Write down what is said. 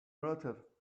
melted